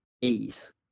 ease